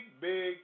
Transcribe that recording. big